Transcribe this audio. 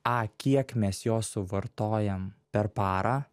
a kiek mes jo suvartojam per parą